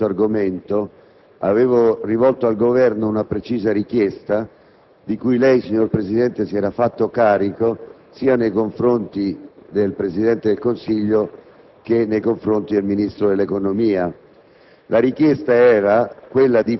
Nella seduta precedente, su questo argomento avevo rivolto al Governo una precisa richiesta, di cui lei, signor Presidente, si era fatto carico, nei confronti sia del Presidente del Consiglio che del Ministro dell'economia.